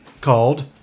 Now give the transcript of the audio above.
called